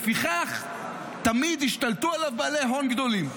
לפיכך תמיד ישתלטו עליו בעלי הון גדולים.